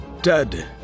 Dead